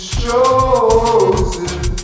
chosen